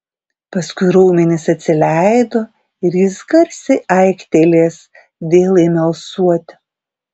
paskui raumenys atsileido ir jis garsiai aiktelėjęs vėl ėmė alsuoti